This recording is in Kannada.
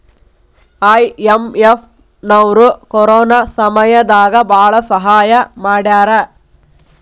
ಐ.ಎಂ.ಎಫ್ ನವ್ರು ಕೊರೊನಾ ಸಮಯ ದಾಗ ಭಾಳ ಸಹಾಯ ಮಾಡ್ಯಾರ